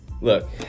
Look